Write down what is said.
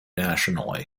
nationally